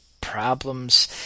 problems